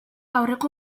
aurreko